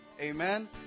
amen